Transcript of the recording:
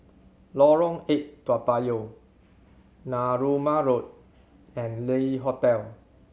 Lorong Eight Toa Payoh Narooma Road and Le Hotel